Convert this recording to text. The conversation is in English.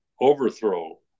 overthrow